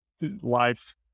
life